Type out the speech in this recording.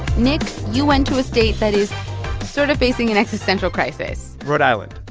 nick, you went to a state that is sort of facing an existential crisis rhode island.